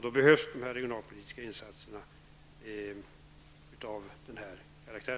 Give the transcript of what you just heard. Då behövs regionalpolitiska insatser av denna karaktär.